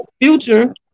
future